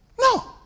No